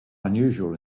unusual